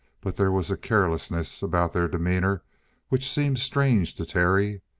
but there was a carelessness about their demeanor which seemed strange to terry.